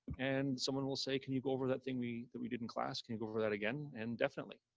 and someone will say, can you go over that thing we that we did in class can go over that again. and definitely,